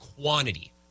quantity